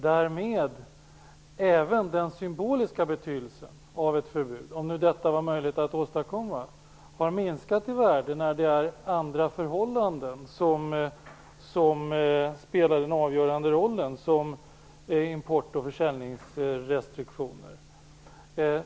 Därmed har även den symboliska betydelsen av ett förbud minskat i värde, eftersom det är andra förhållanden som spelar den avgörande rollen såsom import och försäljningsrestriktioner.